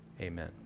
amen